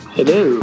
Hello